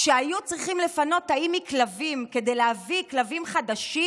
כשהיו צריכים לפנות תאים מכלבים כדי להביא כלבים חדשים,